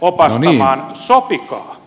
sopikaa sopikaa